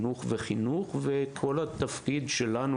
כל התפקיד שלנו,